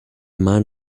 man